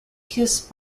hiss